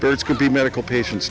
those could be medical patien